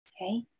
okay